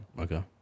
Okay